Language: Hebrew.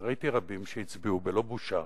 ראיתי רבים שהצביעו בלא בושה,